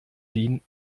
wien